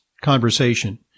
conversation